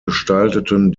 gestalteten